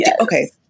okay